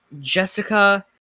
Jessica